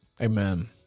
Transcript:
Amen